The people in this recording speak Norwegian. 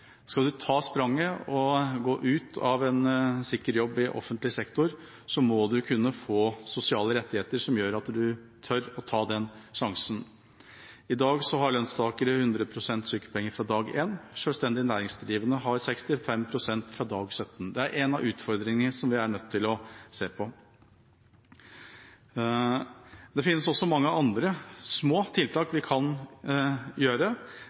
Skal man ta spranget og gå ut av en sikker jobb i offentlig sektor, må man kunne få sosiale rettigheter som gjør at man tør å ta den sjansen. I dag har lønnstagere 100 pst. sykepenger fra dag én. Sjølstendig næringsdrivende har 65 pst. fra dag 17. Det er én av utfordringene som vi er nødt til å se på. Det finnes også mange andre små tiltak vi kan gjøre.